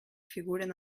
figuren